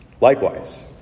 likewise